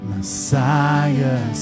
Messiah